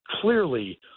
clearly